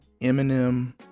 Eminem